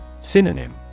Synonym